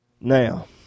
Now